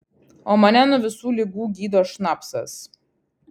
o mane nuo visų ligų gydo šnapsas